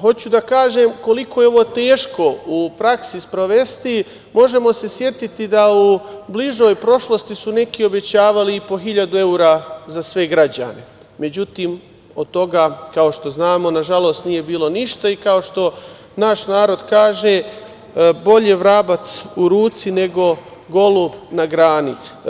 hoću da kažem koliko je ovo teško u praksi sprovesti, možemo se setiti da u bližoj prošlosti su neki obećavali i po hiljadu evra za sve građane, međutim, od toga, kao što znamo, nažalost nije bilo ništa i kao što naš narod kaže - bolje vrabac u ruci, nego golub na grani.